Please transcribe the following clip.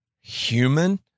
human